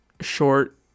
short